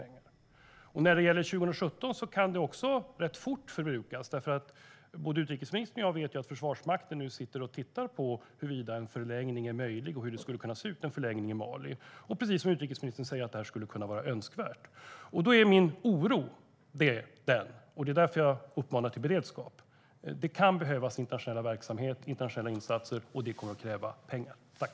När det gäller 2017 kan de förbrukas rätt fort, för utrikesministern och jag vet att Försvarsmakten sitter och tittar på huruvida en förlängning i Mali är möjlig och hur den skulle kunna se ut. Precis som utrikesministern säger skulle det kunna vara önskvärt. Det kan behövas internationella insatser, och det kommer att kräva pengar. Därför uppmanar jag till beredskap.